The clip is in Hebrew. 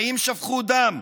האם שפכו דם?